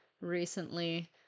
recently